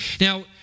Now